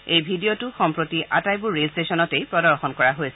এই ভিডিঅটো সম্প্ৰতি আটাইবোৰ ৰেল ষ্টেচনতে প্ৰদৰ্শন কৰা হৈছে